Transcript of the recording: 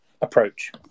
approach